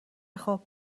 خوب